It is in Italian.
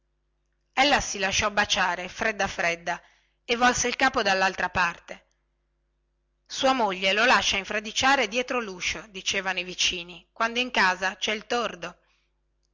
tettoja ella si lasciò baciare fredda fredda e volse il capo dallaltra parte sua moglie lo lascia a infradiciare dietro luscio dicevano i vicini quando in casa cè il tordo ma